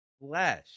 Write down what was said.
Flesh